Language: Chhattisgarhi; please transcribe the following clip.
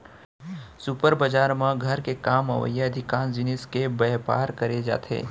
सुपर बजार म घर म काम अवइया अधिकांस जिनिस के बयपार करे जाथे